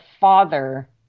father